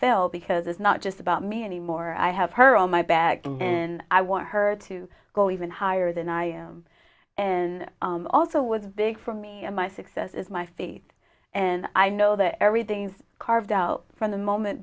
fail because it's not just about me anymore i have her on my back and then i want her to go even higher than i am and also was big for me and my success is my faith and i know that everything's carved out from the moment